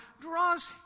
draws